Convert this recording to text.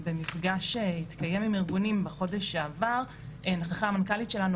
במפגש שהתקיים עם ארגונים בחודש שעבר נכחה המנכ"לית שלנו,